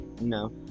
No